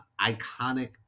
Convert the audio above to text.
iconic